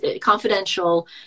confidential